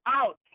out